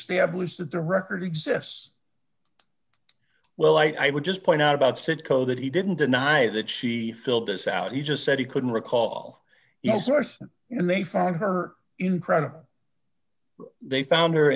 stabbed was that the record exists well i would just point out about cit co that he didn't deny that she filled this out he just said he couldn't recall the source and they found her incredible they found her